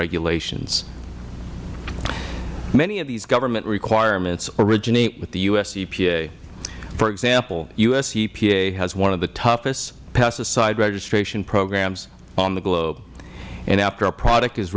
regulations many of these government requirements originate with the u s epa for example u s epa has one of the toughest pesticide registration programs on the globe and after a product is